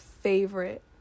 favorite